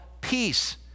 Peace